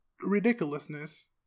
ridiculousness